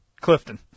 Clifton